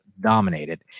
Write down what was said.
dominated